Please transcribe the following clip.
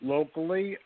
Locally